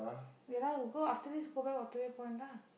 ya lah we go after this we go back Waterway-Point lah